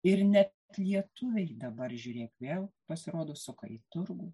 ir net lietuviai dabar žiūrėk vėl pasirodo suka į turgų